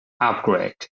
upgrade